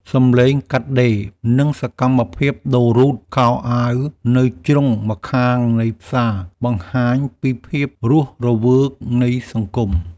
សំឡេងកាត់ដេរ និងសកម្មភាពដូររ៉ូតខោអាវនៅជ្រុងម្ខាងនៃផ្សារបង្ហាញពីភាពរស់រវើកនៃសង្គម។